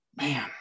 man